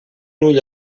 ull